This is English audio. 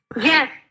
Yes